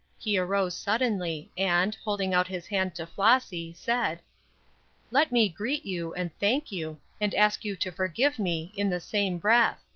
he arose suddenly, and, holding out his hand to flossy, said let me greet you, and thank you, and ask you to forgive me, in the same breath.